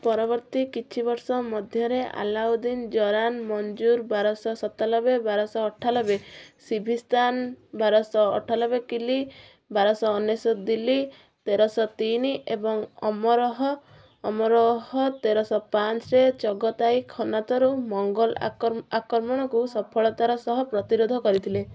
ପରବର୍ତ୍ତୀ କିଛି ବର୍ଷ ମଧ୍ୟରେ ଆଲ୍ଲାଉଦ୍ଦିନ୍ ଜରାନ୍ ମଞ୍ଜୁର ବାରଶହ ସତାନବେ ବାରଶହ ଅଠାନବେ ସିବିସ୍ତାନ୍ ବାରଶହ ଅଠାନବେ କିଲ୍ଲୀ ବାରଶହ ଅନେଶ୍ୱତ ଦିଲ୍ଲୀ ତେରଶହ ତିନି ଏବଂ ଅମରହ ଅମରହ ତେର ଶହ ପାଞ୍ଚରେ ଜଗତାଇ ଖନତରୁ ମୋଗଲ୍ ଆକ୍ରମଣକୁ ସଫଳତାର ସହ ପ୍ରତିରୋଧ କରିଥିଲେ